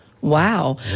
Wow